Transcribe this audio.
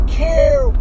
care